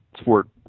sport